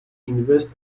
invest